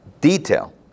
detail